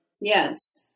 Yes